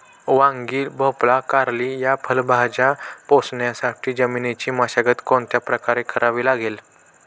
वांगी, भोपळा, कारली या फळभाज्या पोसण्यासाठी जमिनीची मशागत कोणत्या प्रकारे करावी लागेल?